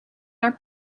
haar